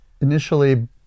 initially